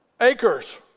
acres